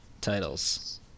titles